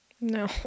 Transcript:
No